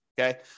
Okay